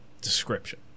description